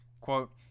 Quote